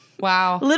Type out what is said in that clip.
Wow